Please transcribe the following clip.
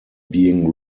being